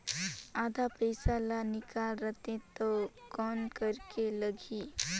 आधा पइसा ला निकाल रतें तो कौन करेके लगही?